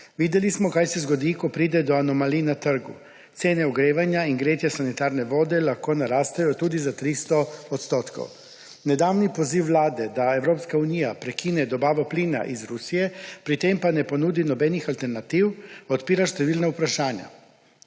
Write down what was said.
Videli smo, kaj se zgodi, ko pride do anomalij na trgu. Cene ogrevanja in gretje sanitarne vode lahko narastejo tudi za 300 odstotkov. Nedavni poziv Vlade, da Evropska unija prekine dobavo plina iz Rusije, pri tem pa ne ponudi nobenih alternativ, odpira številna vprašanja.